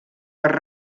per